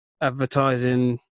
advertising